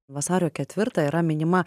vasario ketvirtą yra minima